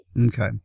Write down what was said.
Okay